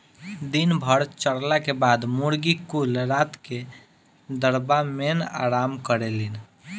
दिन भर चरला के बाद मुर्गी कुल रात क दड़बा मेन आराम करेलिन